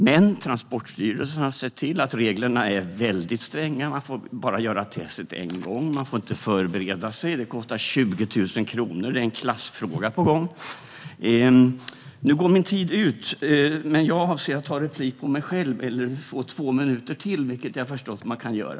Men Transportstyrelsen har sett till att reglerna är väldigt stränga. Man får bara göra testet en gång. Man får inte förbereda sig. Det kostar 20 000 kronor. Det är en klassfråga på gång. Nu går min talartid ut. Men jag avser att begära replik på mig själv eller att hålla ett anförande till på två minuter, vilket jag har förstått att man kan göra.